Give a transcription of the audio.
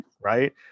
Right